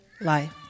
life